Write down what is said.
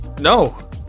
No